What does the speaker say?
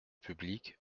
public